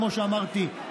כמו שאמרתי,